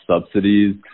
subsidies